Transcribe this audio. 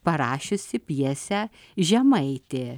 parašiusi pjesę žemaitė